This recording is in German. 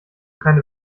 keine